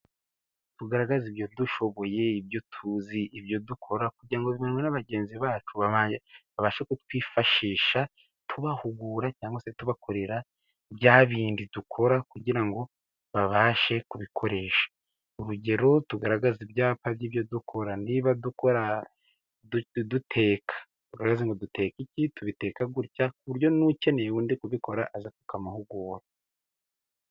Tugaragaze ibyo dushoboye, ibyo tuzi, ibyo dukora, kugira ngo na bagenzi bacu babashe kutwifashisha tubahugure, cyangwa se tubakorere bya bindi dukora kugira ngo babashe kubikoresha. urugero tugaragaze ibyapa by'ibyo dukora niba dukora duteka urabaza ngo duteka iki? Tubiteka gutya ku buryo n'ukeneye undi kubikora aza akamuhugura.